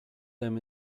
them